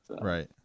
Right